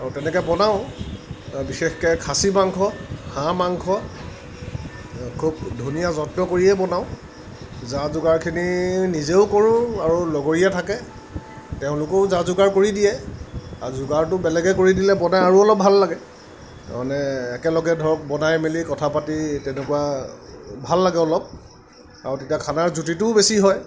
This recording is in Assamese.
আৰু তেনেকৈ বনাওঁ বিশেষকৈ খাচী মাংস হাঁহ মাংস খুব ধুনীয়া যত্ন কৰিয়ে বনাওঁ যা যোগাৰখিনি নিজেও কৰোঁ আৰু লগৰীয়া থাকে তেওঁলোকেও যা যোগাৰ কৰি দিয়ে আৰু যোগাৰটো বেলেগে কৰি দিলে বনাই আৰু অলপ ভাল লাগে মানে একেলগে ধৰক বনাই মেলি কথা পাতি তেনেকুৱা ভাল লাগে অলপ আৰু তেতিয়া খানাৰ জুতিটোও বেছি হয়